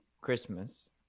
Christmas